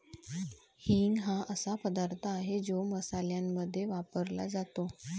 हिंग हा असा पदार्थ आहे जो मसाल्यांमध्ये वापरला जातो